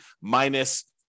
minus